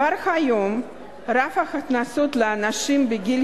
כבר היום רף ההכנסות לאנשים בגיל